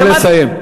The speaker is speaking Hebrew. נא לסיים.